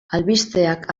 albisteak